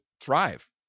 thrive